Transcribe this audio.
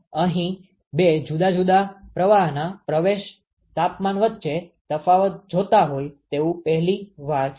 અહી બે જુદા જુદા પ્રવાહના પ્રવેશ તાપમાન વચ્ચે તફાવત જોતા હોય તેવું પહેલી વાર છે